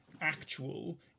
actual